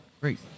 great